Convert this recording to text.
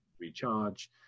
recharge